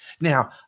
Now